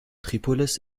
tripolis